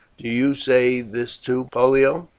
do you say this too, pollio?